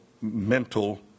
mental